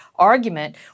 argument